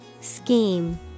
Scheme